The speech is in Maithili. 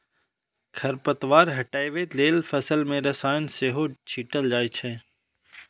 खरपतवार हटबै लेल फसल मे रसायन सेहो छीटल जाए छै